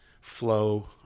flow